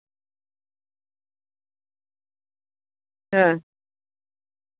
ᱦᱮᱸ